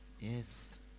Yes